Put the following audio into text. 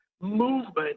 movement